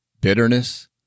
bitterness